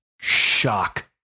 shock